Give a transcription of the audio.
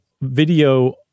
video